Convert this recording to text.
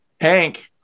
Hank